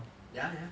ya ya